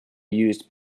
used